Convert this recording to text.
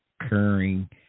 occurring